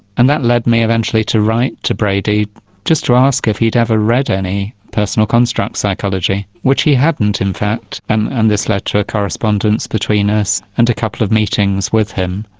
and that led me eventually to write to brady just to ask if he'd ever read any personal construct psychology, which he hadn't, in fact, and and this led to a correspondence between us and a couple of meetings with him.